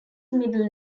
middle